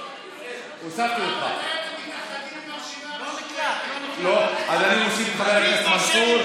אז אני מוסיף את חבר הכנסת מנסור.